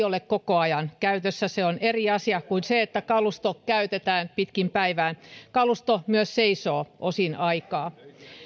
ole koko ajan käytössä se on eri asia kuin se että kalustoa käytetään pitkin päivää kalusto myös seisoo osin aikaa